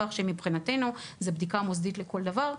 כך שמבחינתנו זאת בדיקה מוסדית לכל דבר,